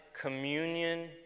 communion